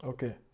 Okay